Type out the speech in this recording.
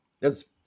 Yes